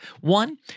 One